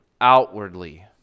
outwardly